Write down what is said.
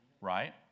right